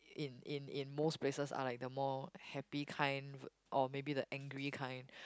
in in in most places are like the more happy kind or maybe the angry kind